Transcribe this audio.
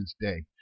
Day